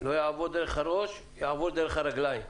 לא יעבור דרך הראש, יעבור דרך הרגליים.